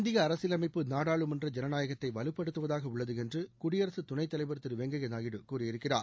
இந்திய அரசியலமைப்பு நாடாளுமன்ற ஜனநாயகத்தை வலுப்படுத்துவதாக உள்ளது என்று குடியரசு துணைத் தலைவர் திரு எம் வெங்கய்ய நாயுடு கூறியிருக்கிறார்